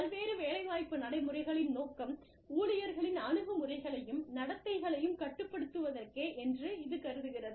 பல்வேறு வேலைவாய்ப்பு நடைமுறைகளின் நோக்கம் ஊழியர்களின் அணுகுமுறைகளையும் நடத்தைகளையும் கட்டுப்படுத்துவதற்கே என்று இது கருதுகிறது